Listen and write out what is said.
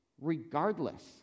regardless